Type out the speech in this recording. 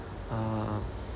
uh